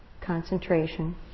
concentration